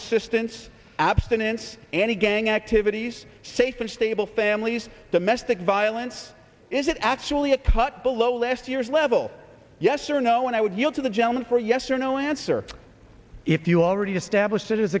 assistance abstinence any gang activities safe and stable families domestic violence is it actually a tut below last year's level yes or no and i would yield to the gentleman for a yes or no answer if you already established it is